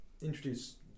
introduce